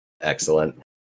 Excellent